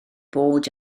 bod